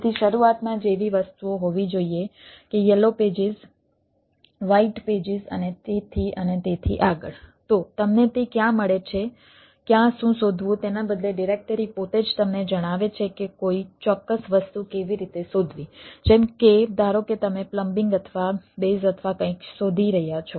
તેથી ત્યાં એક રજિસ્ટ્રી અથવા બેઝ અથવા કંઈક શોધી રહ્યા છો